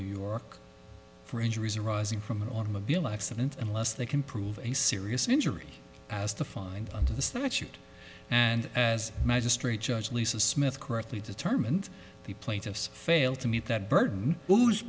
new york for injuries arising from automobile accident unless they can prove a serious injury as the fine under the statute and as magistrate judge lisa smith correctly determined the plaintiffs fail to meet that burden whose